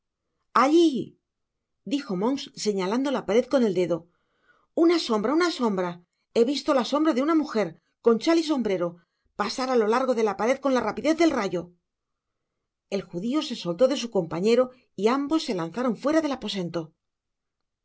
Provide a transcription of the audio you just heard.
alli dijo monks señalando la pared con el dedouná sombra una sombra he visto la sombra de una imiger con chai y sombrero pasar á lo largo de la pared con la rapidez del rayoi el judio se soltó de su compañero y ambos se lanzaron fuera del aposento